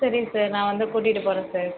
சரி சார் நான் வந்து கூட்டிகிட்டு போகறேன் சார்